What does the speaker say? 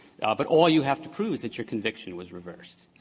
but all you have to prove is that your conviction was reversed,